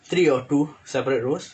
three or two separate rows